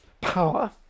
power